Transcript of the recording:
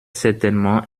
certainement